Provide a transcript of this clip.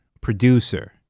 producer